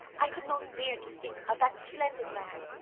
i could not bear to think of that splendid man,